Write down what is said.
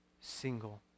single